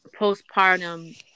postpartum